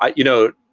ah you know,